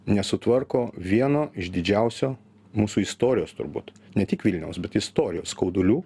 nesutvarko vieno iš didžiausio mūsų istorijos turbūt ne tik vilniaus bet istorijos skaudulių